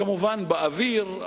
כמובן באוויר,